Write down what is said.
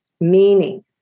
meaning